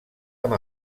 amb